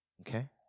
Okay